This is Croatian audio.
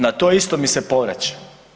Na to isto mi se povraća.